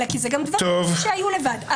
אלא אלה דברים שגם עלו לבד.